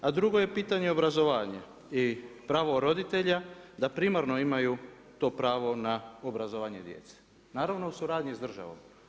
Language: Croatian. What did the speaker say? A drugo je pitanje obrazovanje i pravo roditelja da primarno imaju to pravo na obrazovanje djece, naravno u suradnji sa državom.